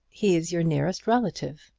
he is your nearest relative.